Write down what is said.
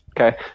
okay